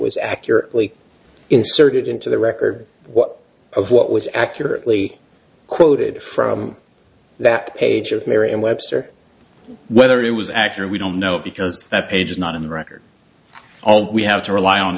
was accurately inserted into the record what of what was accurately quoted from that page of merriam webster whether it was accurate we don't know because that page is not in the record all we have to rely on